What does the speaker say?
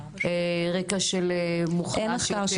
רקע מוחלש יותר?